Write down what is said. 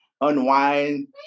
unwind